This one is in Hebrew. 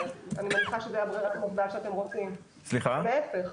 אני מניחה זו ברירת המחדל שאתם רוצים, או להפך.